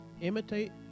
imitate